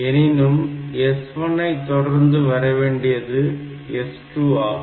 எனினும் S1 ஐ தொடர்ந்து வரவேண்டியது S2 ஆகும்